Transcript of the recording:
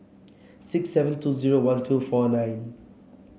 six seven two zero one two four nine